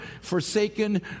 forsaken